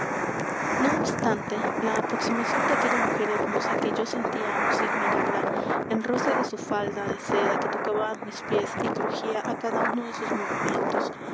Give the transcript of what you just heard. no obstante la aproximación de aquella mujer hermosa que yo sentía aún sin mirarla el roce de su falda de seda que tocaba á mis pies y crujía á cada uno de sus movimientos